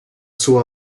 sua